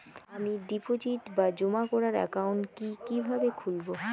আমি ডিপোজিট বা জমা করার একাউন্ট কি কিভাবে খুলবো?